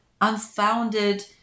unfounded